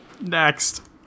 Next